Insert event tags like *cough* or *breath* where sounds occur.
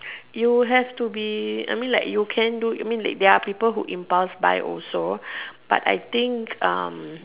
you have to be I mean like you can do you mean like there are people that impulse buy also *breath* but I think um